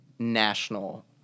national